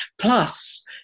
plus